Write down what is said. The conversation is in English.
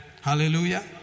Hallelujah